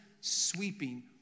sweeping